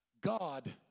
God